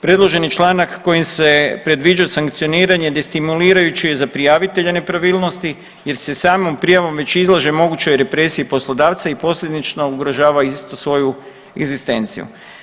Predloženi članak kojim se predviđa sankcioniranje destimulirajuće je za prijavitelja nepravilnosti jer se samom prijavom već izlaže mogućoj represiji poslodavca i posljedično ugrožava isto svoju egzistenciju.